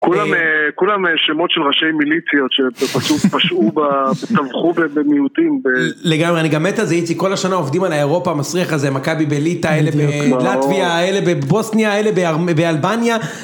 כולם שמות של ראשי מיליציות שפשוט פשעו, טבחו במיעוטים. לגמרי, אני גם מת על זה איציק, כל השנה עובדים על האירופה, מסריח הזה, מכבי בליטא, אלה בלטביה, אלה בבוסניה, אלה באלבניה.